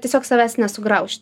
tiesiog savęs nesugraužt